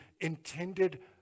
intended